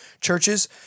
churches